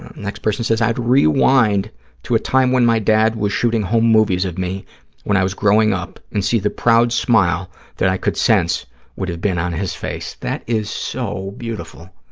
next person says, i'd rewind to a time when my dad was shooting home movies of me when i was growing up and see the proud smile that i could sense would have been on his face. that is so beautiful.